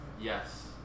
Yes